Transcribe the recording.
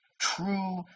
True